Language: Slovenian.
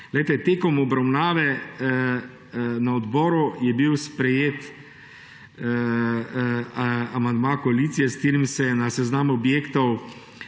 Tekom obravnave na odboru je bil sprejet amandma koalicije, s katerim se je na seznam objektov,